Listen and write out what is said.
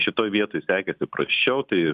šitoj vietoj sekėsi prasčiau tai